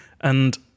And-